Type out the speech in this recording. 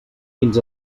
fins